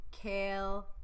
kale